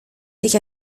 sich